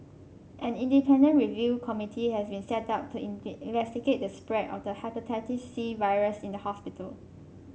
an independent review committee has been set up to investigate the spread of the Hepatitis C virus in the hospital